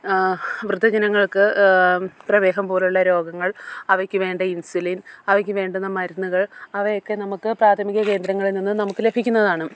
വൃദ്ധ ജനങ്ങൾക്ക് പ്രമേഹം പോലുള്ള രോഗങ്ങൾ അവയ്ക്ക് വേണ്ട ഇൻസുലിൻ അവയ്ക്ക് വേണ്ടുന്ന മരുന്നുകൾ അവയൊക്കെ നമുക്ക് പ്രാഥമിക കേന്ദ്രങ്ങളിൽ നിന്നും നമുക്ക് ലഭിക്കുന്നതാണ്